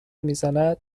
میزند